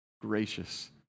gracious